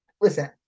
Listen